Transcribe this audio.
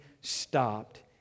stopped